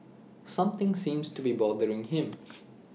something seems to be bothering him